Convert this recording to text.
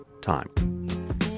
time